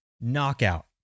knockout